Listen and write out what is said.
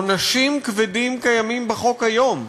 עונשים כבדים קיימים בחוק היום.